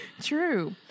True